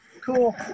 cool